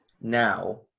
now